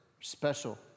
special